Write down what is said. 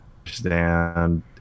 understand